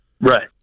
right